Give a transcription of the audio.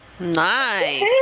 Nice